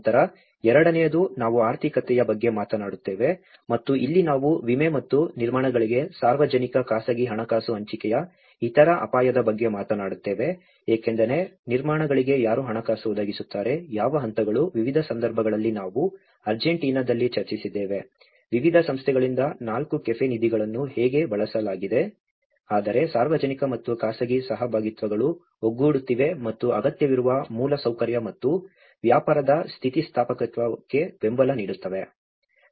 ನಂತರ ಎರಡನೆಯದು ನಾವು ಆರ್ಥಿಕತೆಯ ಬಗ್ಗೆ ಮಾತನಾಡುತ್ತೇವೆ ಮತ್ತು ಇಲ್ಲಿ ನಾವು ವಿಮೆ ಮತ್ತು ನಿರ್ಮಾಣಗಳಿಗೆ ಸಾರ್ವಜನಿಕ ಖಾಸಗಿ ಹಣಕಾಸು ಹಂಚಿಕೆಯ ಇತರ ಅಪಾಯದ ಬಗ್ಗೆ ಮಾತನಾಡುತ್ತೇವೆ ಏಕೆಂದರೆ ನಿರ್ಮಾಣಗಳಿಗೆ ಯಾರು ಹಣಕಾಸು ಒದಗಿಸುತ್ತಾರೆ ಯಾವ ಹಂತಗಳು ವಿವಿಧ ಸಂದರ್ಭಗಳಲ್ಲಿ ನಾವು ಅರ್ಜೆಂಟೀನಾದಲ್ಲಿ ಚರ್ಚಿಸಿದ್ದೇವೆ ವಿವಿಧ ಸಂಸ್ಥೆಗಳಿಂದ ನಾಲ್ಕು ಕೆಫೆ ನಿಧಿಗಳನ್ನು ಹೇಗೆ ಬಳಸಲಾಗಿದೆ ಆದರೆ ಸಾರ್ವಜನಿಕ ಮತ್ತು ಖಾಸಗಿ ಸಹಭಾಗಿತ್ವಗಳು ಒಗ್ಗೂಡುತ್ತಿವೆ ಮತ್ತು ಅಗತ್ಯವಿರುವ ಮೂಲಸೌಕರ್ಯ ಮತ್ತು ವ್ಯಾಪಾರದ ಸ್ಥಿತಿಸ್ಥಾಪಕತ್ವಕ್ಕೆ ಬೆಂಬಲ ನೀಡುತ್ತವೆ